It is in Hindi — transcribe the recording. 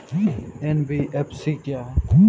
एन.बी.एफ.सी क्या है?